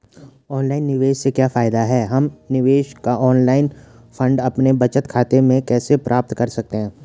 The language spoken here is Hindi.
ऑनलाइन निवेश से क्या फायदा है हम निवेश का ऑनलाइन फंड अपने बचत खाते में कैसे प्राप्त कर सकते हैं?